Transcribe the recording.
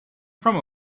from